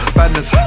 badness